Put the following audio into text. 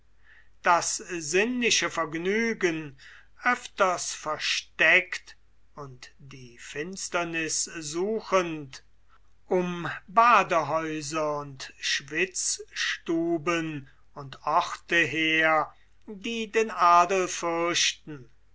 das sinnliche vergnügen öfters versteckt und die finsterniß suchend um badehäuser und schwitzstuben und orte her die den adel fürchten